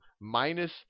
minus